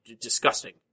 disgusting